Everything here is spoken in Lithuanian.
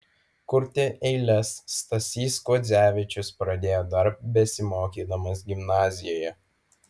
kurti eiles stasys kuodzevičius pradėjo dar besimokydamas gimnazijoje